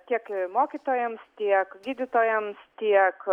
tiek i mokytojams tiek gydytojams tiek